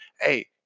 hey